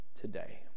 today